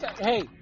Hey